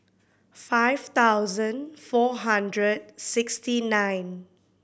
five thousand four hundred sixty nine